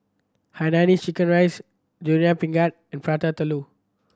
hainanese chicken rice Durian Pengat and Prata Telur